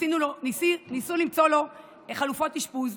ניסו למצוא לו חלופות אשפוז,